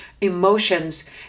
emotions